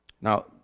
Now